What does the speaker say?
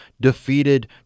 defeated